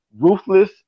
ruthless